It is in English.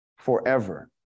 forever